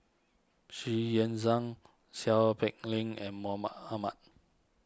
Xu Yuan Zhen Seow Peck Leng and Mahmud Ahmad